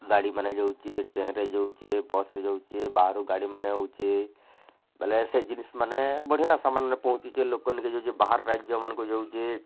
ଗାଡ଼ିମାନେ ଯାଉଛେଁ ଟ୍ରେନରେ ଯାଉଛେଁ ବସ୍ରେ ଯାଉଛେଁ ବାହାରୁ ଗାଡ଼ିମାନେ ଆଉଛେଁ ବେଲେ ସେ ଜିନିଷ୍ ମାନେ ଆର୍ ବଢ଼ିଆ ସମାନ୍ ମାନେ ପହଞ୍ଚୁଛି ଲୋକମାନେ ଜେନ୍ ବାହାର୍ ରାଜ୍ୟମାନଙ୍କୁ ଯାଉଛେଁ